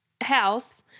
house